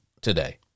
today